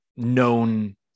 known